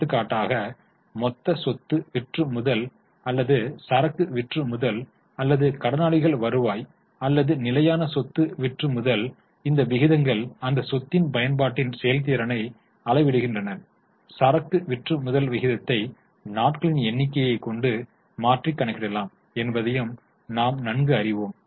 எடுத்துக்காட்டாக மொத்த சொத்து விற்று முதல் அல்லது சரக்கு விற்று முதல் அல்லது கடனாளிகள் வருவாய் அல்லது நிலையான சொத்து விற்று முதல் இந்த விகிதங்கள் அந்த சொத்தின் பயன்பாட்டின் செயல்திறனை அளவிடுகின்றனர் சரக்கு விற்றுமுதல் விகிதத்தை நாட்களின் எண்ணிக்கையை மாற்றி கணக்கிடலாம் என்பதையும் நாம் அறிவோம்